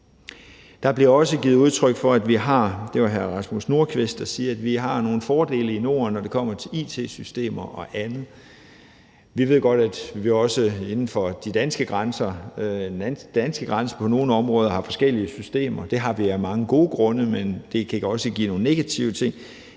der sagde det – nogle fordele i Norden, når det kommer til it-systemer og andet. Vi ved godt, at vi også inden for den danske grænse på nogle områder har forskellige systemer. Det har vi af mange gode grunde, men det kan også give nogle negative ting.